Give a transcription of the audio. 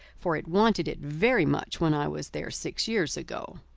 for it wanted it very much when i was there six years ago.